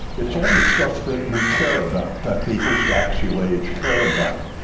it's all the stuff that we care about, that the first axial age care about.